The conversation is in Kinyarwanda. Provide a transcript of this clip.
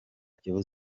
kiyovu